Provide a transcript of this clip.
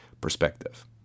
perspective